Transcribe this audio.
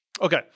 Okay